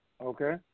okay